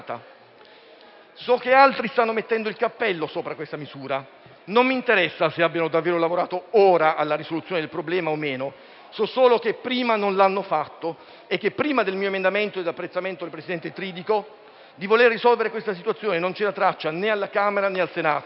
So che altri stanno mettendo il cappello sopra questa misura; non mi interessa se abbiano davvero lavorato ora alla risoluzione del problema o meno. So solo che prima non l'hanno fatto e che, prima del mio emendamento e dell'apprezzamento del presidente Tridico, di voler risolvere questa situazione non c'era traccia né alla Camera né al Senato.